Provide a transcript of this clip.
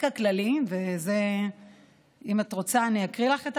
רקע כללי אם את רוצה, אני אקריא לך.